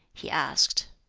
he asked.